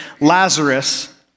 Lazarus